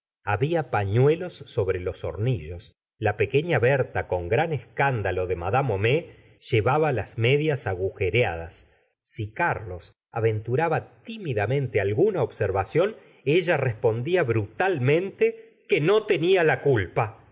había pañuelo sobre los hornillos la pequeña berta con gran escándalo de iad homais llevaba las medias agujereadas si carlos aventuraba tímidamente alguna observación ella respondía brutal mente que no tenia la culpa